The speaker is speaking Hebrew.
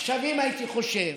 עכשיו, אם הייתי חושב